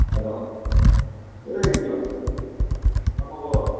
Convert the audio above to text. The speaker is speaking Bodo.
हेल' ओइ मा खबर